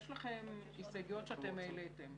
יש לכם הסתייגויות שאתם העליתם,